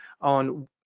on